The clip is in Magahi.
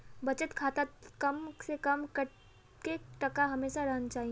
बचत खातात कम से कम कतेक टका हमेशा रहना चही?